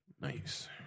Nice